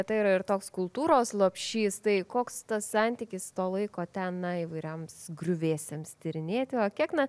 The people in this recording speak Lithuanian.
tai yra ir toks kultūros lopšys tai koks tas santykis to laiko ten na įvairiams griuvėsiams tyrinėti o kiek na